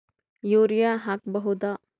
Urea ಹಾಕ್ ಬಹುದ?